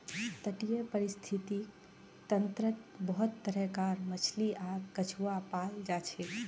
तटीय परिस्थितिक तंत्रत बहुत तरह कार मछली आर कछुआ पाल जाछेक